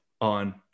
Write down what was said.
on